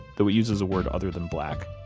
though he uses a word other than black.